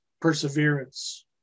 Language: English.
perseverance